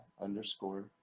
underscore